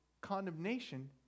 condemnation